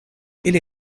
ili